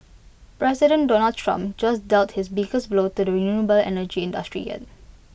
President Donald Trump just dealt his biggest blow to the renewable energy industry yet